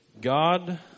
God